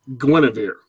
Guinevere